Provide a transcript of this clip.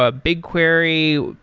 ah bigquery,